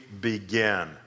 begin